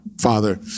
Father